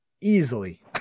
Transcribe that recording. Easily